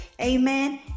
Amen